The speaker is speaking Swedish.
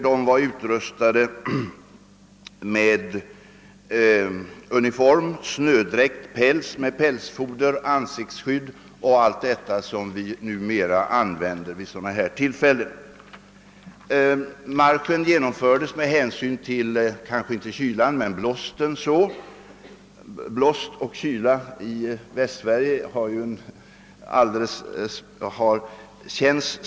De var utrustade med uniform, snödräkt med pälsfoder, ansiktsskydd och allt annat som vi numera använder vid sådana tillfällen. Blåst och kyla känns alldeles särskilt i Västsverige; vår nare där nere är ju bekant.